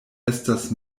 estas